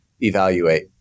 evaluate